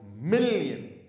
million